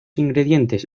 ingredientes